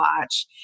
Watch